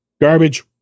Garbage